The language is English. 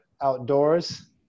outdoors